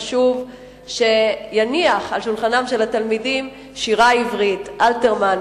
חשוב שיניח על שולחנם של התלמידים שירה עברית: אלתרמן,